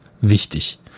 Wichtig